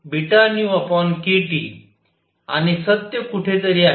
आणि सत्य कुठेतरी आहे